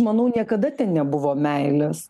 manau niekada ten nebuvo meilės